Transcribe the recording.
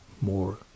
more